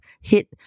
hit